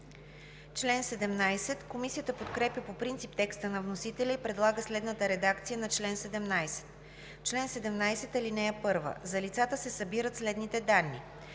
Комисията подкрепя по принцип текста на вносителя и предлага следната редакция на чл. 17: „Чл. 17. (1) За лицата се събират следните данни: